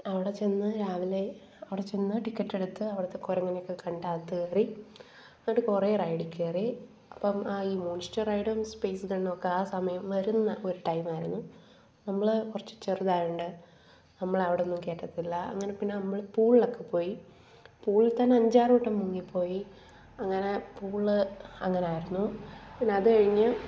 അവിടെ ചെന്ന് രാവിലെ അവിടെ ചെന്ന് ടിക്കറ്റെടുത്ത് അവിടുത്തെ കുരങ്ങനെയൊക്കെ കണ്ട് അകത്ത് കയറി എന്നിട്ട് കുറെ റൈഡിൽകയറി അപ്പം ഈ മോൺസ്റ്റർ റൈഡും സ്പേസ് ഗണ്ണുവൊക്കെ ആ സമയം വരുന്ന ഒരു ടൈമായിരുന്നു നമ്മൾ കുറച്ച് ചെറുതായോണ്ട് നമ്മളെ അവിടൊന്നും കയറ്റത്തില്ല അങ്ങനെ പിന്നെ നമ്മൾ പൂളിലൊക്കെ പോയി പൂളിൽ തന്നെ അഞ്ചാറ് വട്ടം മുങ്ങിപ്പോയി അങ്ങനെ പൂള് അങ്ങനായിരുന്നു പിന്നെ അതു കഴിഞ്ഞ്